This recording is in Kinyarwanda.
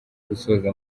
gusoza